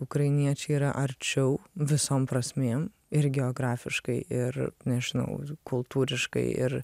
ukrainiečiai yra arčiau visom prasmėm ir geografiškai ir nežinau kultūriškai ir